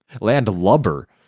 Landlubber